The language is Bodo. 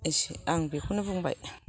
आं बिखौनो बुंबाय